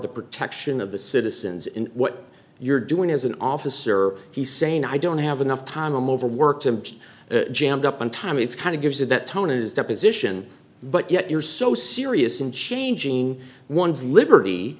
the protection of the citizens in what you're doing as an officer he's saying i don't have enough time i'm overworked and jammed up on time it's kind of gives it that tone is deposition but yet you're so serious in changing one's liberty